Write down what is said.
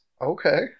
okay